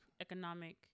Economic